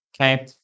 Okay